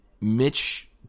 Mitch